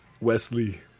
Wesley